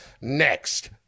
next